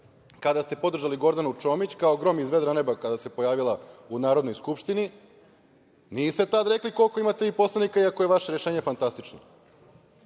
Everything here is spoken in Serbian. kada ste podržali Gordanu Čomić, kao grom iz vedra neba kada se pojavila u Narodnoj skupštini. Niste tada rekli koliko imate vi poslanika, iako je vaše rešenje fantastično. Ja